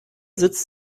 sitzt